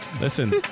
Listen